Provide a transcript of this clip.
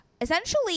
essentially